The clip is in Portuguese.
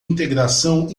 integração